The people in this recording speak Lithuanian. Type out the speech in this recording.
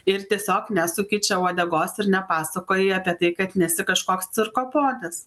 ir tiesiog nesuki čia uodegos ir nepasakoji apie tai kad nesi kažkoks cirko ponis